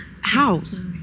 house